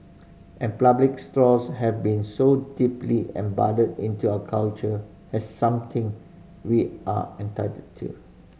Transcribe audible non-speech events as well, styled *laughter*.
and *unintelligible* straws have been so deeply embedded into our culture as something we are entitled to